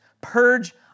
purge